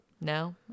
no